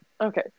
Okay